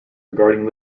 regarding